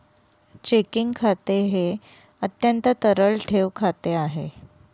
checking खाते हे अत्यंत तरल ठेव खाते आहे